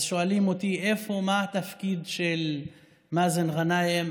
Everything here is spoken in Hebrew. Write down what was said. אז שואלים אותי מה התפקיד של מאזן גנאים,